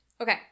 Okay